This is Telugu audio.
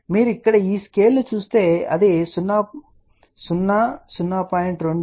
కాబట్టి మీరు ఇక్కడ ఈ స్కేల్ను చూస్తే అది మీకు 0 0